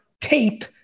tape